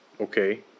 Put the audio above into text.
okay